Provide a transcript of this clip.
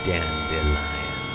Dandelion